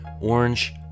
Orange